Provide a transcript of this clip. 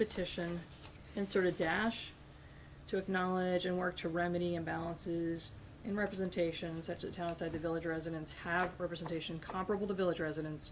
petition and sort of dash to acknowledge and work to remedy imbalances in representation such a talented village residents have representation comparable to village residents